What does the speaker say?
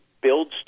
builds